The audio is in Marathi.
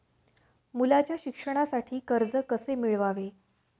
मुलाच्या शिक्षणासाठी कर्ज कसे मिळवावे?